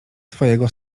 twojego